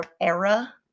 Era